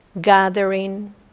gathering